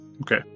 Okay